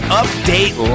update